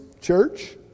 church